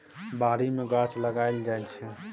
बारी मे गाछ लगाएल जाइ छै